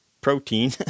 protein